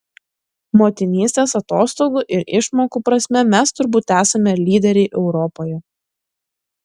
motinystės atostogų ir išmokų prasme mes turbūt esame lyderiai europoje